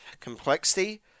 complexity